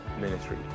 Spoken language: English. ministry